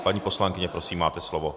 Paní poslankyně, prosím, máte slovo.